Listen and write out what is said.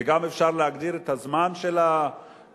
וגם אפשר להגדיר את הזמן של הנימוק,